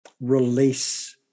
release